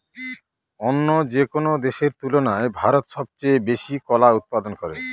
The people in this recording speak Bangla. অন্য যেকোনো দেশের তুলনায় ভারত সবচেয়ে বেশি কলা উৎপাদন করে